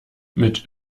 mit